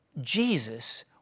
Jesus